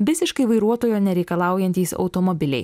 visiškai vairuotojo nereikalaujantys automobiliai